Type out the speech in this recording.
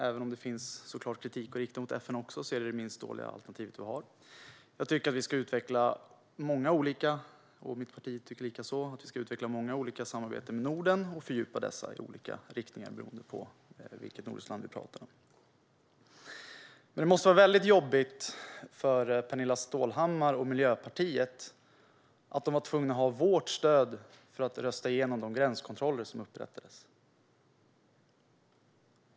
Även om det såklart finns kritik att rikta även mot FN är FN det minst dåliga alternativ vi har. Jag och mitt parti tycker att vi ska utveckla många olika samarbeten i Norden och fördjupa dessa i olika riktningar beroende på vilket nordiskt land vi talar om. Men det måste vara jobbigt för Pernilla Stålhammar och Miljöpartiet att de var tvungna att ha vårt stöd för att rösta igenom de gränskontroller som upprättades.